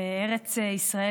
בארץ ישראל,